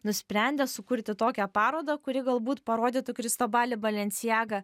nusprendė sukurti tokią parodą kuri galbūt parodytų kristobalį balenciagą